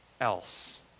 else